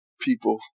people